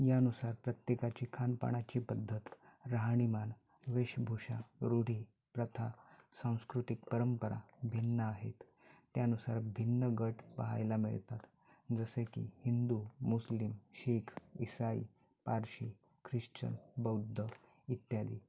यानुसार प्रत्येकाची खानपानाची पद्धत राहणीमान वेषभूषा रूढी प्रथा सांस्कृतिक परंपरा भिन्न आहेत त्यानुसार भिन्न गट पाहायला मिळतात जसे की हिंदू मुस्लिम शिख इसाई पारशी ख्रिश्चन बौद्ध इत्यादी